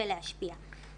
ולהשפיע.